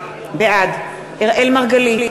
בעד אראל מרגלית,